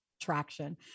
traction